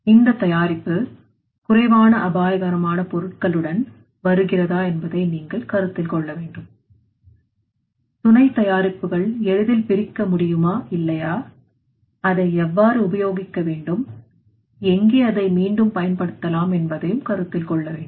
அந்த விஷயத்தில் இந்த தயாரிப்பு குறைவான அபாயகரமான பொருட்களுடன் வருகிறதா என்பதை நீங்கள் கருத்தில் கொள்ள வேண்டும் துணை தயாரிப்புகள் எளிதில் பிரிக்க முடியுமா இல்லையா அதை எவ்வாறு உபயோகிக்க வேண்டும் எங்கே அதை மீண்டும் பயன்படுத்தலாம் என்பதையும் கருத்தில் கொள்ள வேண்டும்